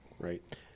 right